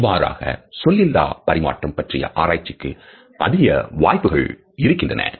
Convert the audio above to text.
இவ்வாறாக சொல்லிலா பரிமாற்றம் பற்றிய ஆராய்ச்சிக்கு அதிக வாய்ப்புகள் இருக்கின்றன